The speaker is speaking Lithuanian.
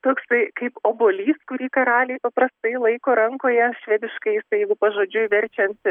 toksai kaip obuolys kurį karaliai paprastai laiko rankoje švediškai jisai jeigu pažodžiui verčiant